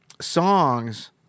songs